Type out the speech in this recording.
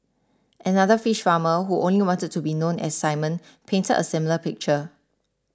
another fish farmer who only wanted to be known as Simon painted a similar picture